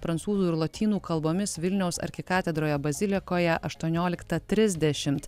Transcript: prancūzų ir lotynų kalbomis vilniaus arkikatedroje bazilikoje aštuonioliktą trisdešimt